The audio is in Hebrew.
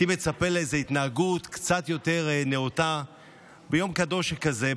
הייתי מצפה להתנהגות קצת יותר נאותה ביום קדוש שכזה,